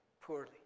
poorly